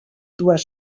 dues